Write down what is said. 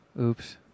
Oops